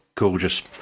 gorgeous